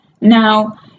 Now